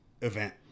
event